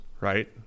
Right